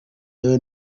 y’iyo